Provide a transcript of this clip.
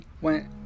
went